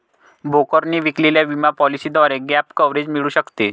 ब्रोकरने विकलेल्या विमा पॉलिसीद्वारे गॅप कव्हरेज मिळू शकते